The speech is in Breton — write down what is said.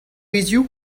hiziv